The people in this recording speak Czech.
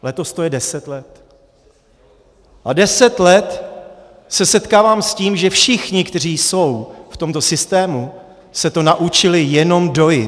Letos to je deset let a deset let se setkávám s tím, že všichni, kteří jsou v tomto systému, se to naučili jenom dojit.